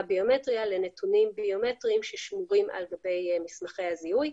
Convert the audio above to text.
ביומטריה לנתונים ביומטריים ששמורים על גבי מסמכי הזיהוי.